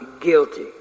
guilty